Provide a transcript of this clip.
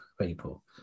people